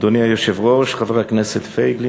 1 2. אדוני היושב-ראש, חבר הכנסת פייגלין,